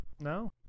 No